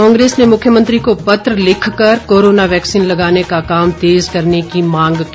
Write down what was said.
कांग्रेस ने मुख्यमंत्री को पत्र लिखकर कोरोना वैक्सीन लगाने का काम तेज करने की मांग की